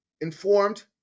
informed